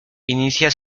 inicia